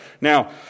Now